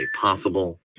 possible